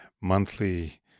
monthly